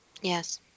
Yes